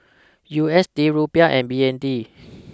U S D Rupiah and B N D